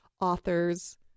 author's